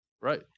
Right